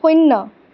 শূন্য